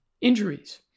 injuries